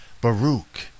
Baruch